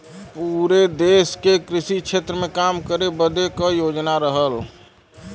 पुरे देस के कृषि क्षेत्र मे काम करे बदे क योजना रहल